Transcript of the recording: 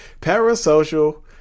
Parasocial